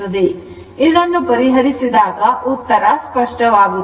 ಇದನ್ನು ಪರಿಹರಿಸಿದಾಗ ಉತ್ತರ ಸ್ಪಷ್ಟವಾಗುತ್ತದೆ